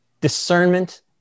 Discernment